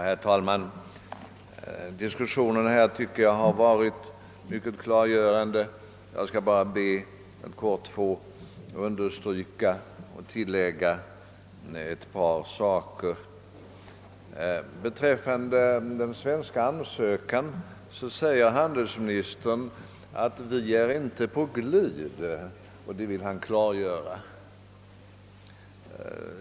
Herr talman! Jag tycker att diskussionen här varit mycket klargörande. Jag skall bara be att kortfattat få understryka och tillägga ett par saker. Beträffande den svenska ansökan sade handelsministern att han ville klargöra att »vi inte är på glid».